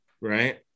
right